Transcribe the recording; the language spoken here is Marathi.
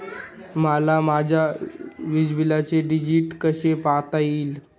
मला माझ्या वीजबिलाचे डिटेल्स कसे पाहता येतील?